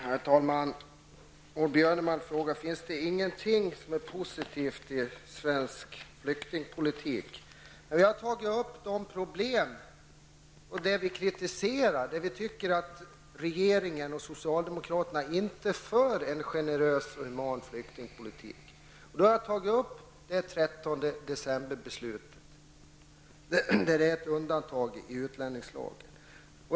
Herr talman! Maud Björnemalm frågade om det inte finns något som är positivt i svensk flyktingpolitik. Jag har tagit upp problem och områden som vi kritiserar och där vi anser att regeringen och socialdemokraterna inte för en generös och human flyktingpolitik. Jag har tagit upp beslutet från den 13 december där det är ett undantag i utlänningslagen.